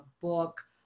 book